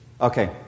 Okay